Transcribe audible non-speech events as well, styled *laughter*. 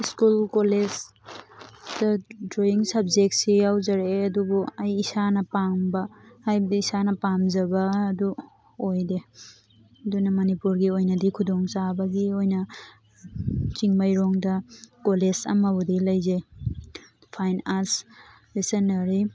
school ꯀꯣꯂꯦꯖꯇ drawing ꯁꯕꯖꯦꯛꯁꯤ ꯌꯥꯎꯖꯔꯛꯑꯦ ꯑꯗꯨꯕꯨ ꯑꯩ ꯏꯁꯥꯅ ꯄꯥꯝꯕ ꯍꯥꯏꯕꯗꯤ ꯏꯁꯥꯅ ꯄꯥꯝꯖꯕ ꯑꯗꯨ ꯑꯣꯏꯗꯦ ꯑꯗꯨꯅ ꯃꯅꯤꯄꯨꯔꯒꯤ ꯑꯣꯏꯅꯗꯤ ꯈꯨꯗꯣꯡ ꯆꯥꯕꯒꯤ ꯑꯣꯏꯅ ꯆꯤꯡꯃꯩꯔꯣꯡꯗ ꯀꯣꯂꯦꯖ ꯑꯃꯕꯨꯗꯤ ꯂꯩꯖꯩ ꯐꯥꯏꯟ ꯑꯥꯔꯁ *unintelligible*